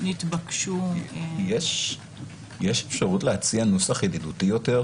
יש אפשרות להציע נוסח ידידותי יותר?